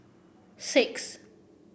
six